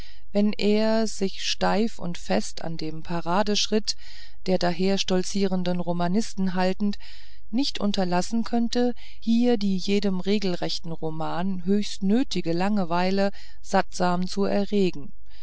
wenn er sich steif und fest an dem paradeschritt der daherstolzierenden romanisten haltend nicht unterlassen könnte hier die jedem regelrechten roman höchst nötige langeweile sattsam zu erregen